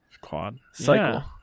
Quad-cycle